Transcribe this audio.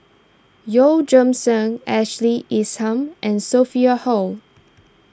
Yeoh Ghim Seng Ashley Isham and Sophia Hull